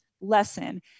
lesson